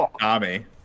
Tommy